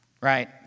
Right